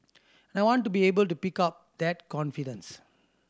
and I want to be able to pick up that confidence